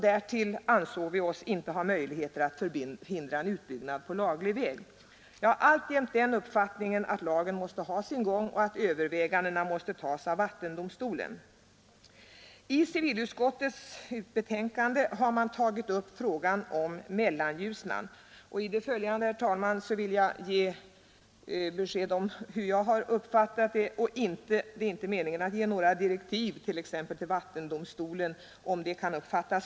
Därtill ansåg vi oss inte ha möjligheter att förhindra en utbyggnad på laglig väg. Jag har alltjämt den uppfattningen att lagen måste ha sin gång och att övervägandena måste göras av vattendomstolen. I civilutskottets betänkande har man tagit upp frågan om Mellanljusnan, och i det följande, herr talman, vill jag ge besked om hur jag har uppfattat detta. Det är inte meningen att det skall s om några direktiv, t.ex. till vattendomstolen.